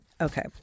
okay